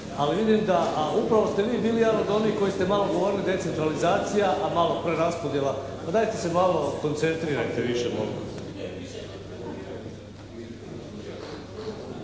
Ali vidim da, a upravo ste vi bili jedan od onih koji ste malo govorili decentralizacija, a malo preraspodjela. Pa dajte se malo koncentrirajte više molim